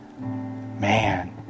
man